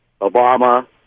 Obama